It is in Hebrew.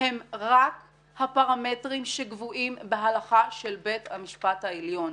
הם רק הפרמטרים שקבועים בהלכה של בית המשפט העליון.